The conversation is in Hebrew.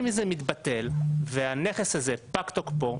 אם זה מתבטל והנכס הזה פג תוקפו,